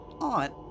aunt